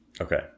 Okay